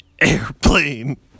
airplane